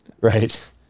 Right